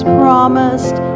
promised